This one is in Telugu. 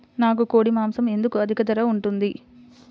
నాకు కోడి మాసం ఎందుకు అధిక ధర ఉంటుంది?